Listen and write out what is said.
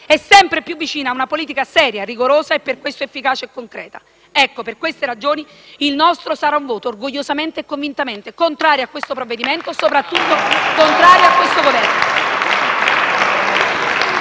e sempre più vicina a una politica seria, rigorosa e per questo efficace e concreta. Per queste ragioni il nostro sarà un voto orgogliosamente e convintamente contrario a questo provvedimento e, soprattutto, a questo Governo.